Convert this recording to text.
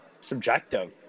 subjective